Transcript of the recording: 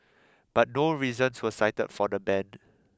but no reasons were cited for the ban